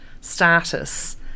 status